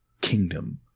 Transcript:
kingdom